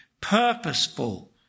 purposeful